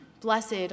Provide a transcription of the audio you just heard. Blessed